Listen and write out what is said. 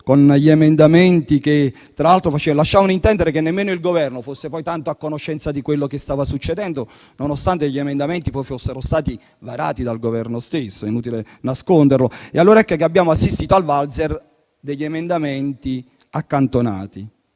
e gli emendamenti tra l'altro lasciavano intendere che nemmeno il Governo fosse poi tanto a conoscenza di quello che stava succedendo, nonostante li avesse varati in prima persona, è inutile nasconderlo. Ecco che abbiamo assistito al valzer degli emendamenti accantonati,